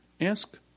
Ask